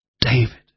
David